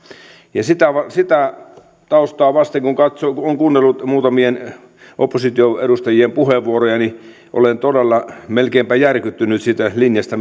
sitä sitä taustaa vasten kun on kuunnellut muutamien oppositioedustajien puheenvuoroja olen melkeinpä järkyttynyt siitä linjasta